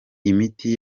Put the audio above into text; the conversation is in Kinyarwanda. imiti